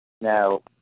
Now